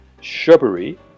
shrubbery